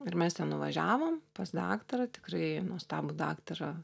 ir mes ten nuvažiavom pas daktarą tikrai nuostabų daktarą